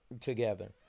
together